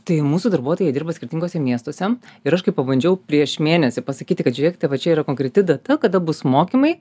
tai mūsų darbuotojai jie dirba skirtinguose miestuose ir aš kai pabandžiau prieš mėnesį pasakyti kad žiūrėkite va čia yra konkreti data kada bus mokymai